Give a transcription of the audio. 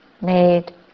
made